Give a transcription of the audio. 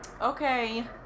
okay